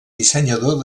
dissenyador